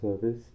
service